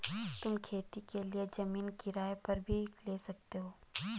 तुम खेती के लिए जमीन किराए पर भी ले सकते हो